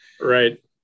right